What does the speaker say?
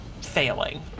failing